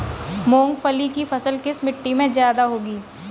मूंगफली की फसल किस मिट्टी में ज्यादा होगी?